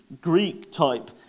Greek-type